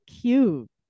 cute